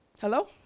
Hello